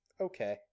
okay